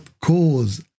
cause